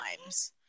times